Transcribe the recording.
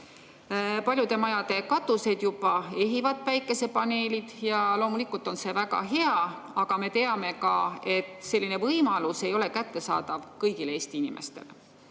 Paljude majade katuseid juba ehivad päikesepaneelid. Loomulikult on see väga hea, aga me teame ka, et selline võimalus ei ole kättesaadav kõigile Eesti inimestele.